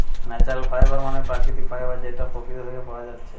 natural fibre মানে প্রাকৃতিক fibre যেটা প্রকৃতি থিকে পায়া যাচ্ছে